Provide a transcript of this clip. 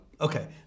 Okay